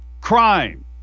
crime